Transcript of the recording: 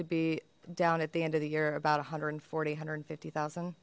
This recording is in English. to be down at the end of the year about a hundred and forty hundred fifty thousand